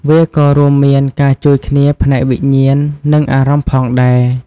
វាក៏រួមមានការជួយគ្នាផ្នែកវិញ្ញាណ និងអារម្មណ៍ផងដែរ។